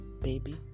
baby